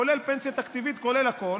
כולל פנסיה תקציבית וכולל הכול.